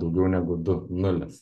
daugiau negu du nulis